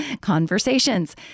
conversations